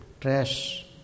trash